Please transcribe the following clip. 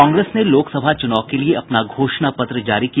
कांग्रेस ने लोकसभा चुनाव के लिए अपना घोषणा पत्र जारी किया